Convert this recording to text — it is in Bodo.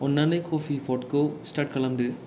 अननानै कफि पटखौ स्टार्ट खालामदो